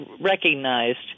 recognized